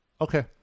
Okay